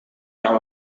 gaan